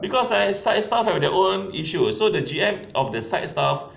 because eh side staff have their own issue so the G_M of the side staff